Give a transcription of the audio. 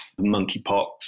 monkeypox